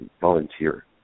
volunteer